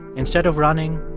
instead of running,